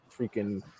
freaking